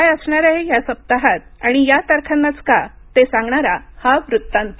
काय असणार आहे या सप्ताहात आणि या तारखांनाच का ते सांगणारा हा वृत्तांत